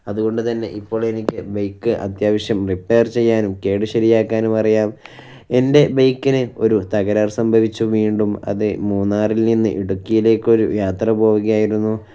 അതുകൊണ്ട് തന്നെ ഇപ്പോൾ എനിക്ക് ബൈക്ക് അത്യാവശ്യം റിപ്പെയർ ചെയ്യാനും കേട് ശരിയാക്കാനും അറിയാം എൻ്റെ ബൈക്കിന് ഒരു തകരാർ സംഭവിച്ചു വീണ്ടും അത് മൂന്നാറിൽ നിന്ന് ഇടുക്കിയിലേക്കൊരു യാത്ര പോവുകയായിരുന്നു